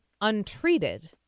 untreated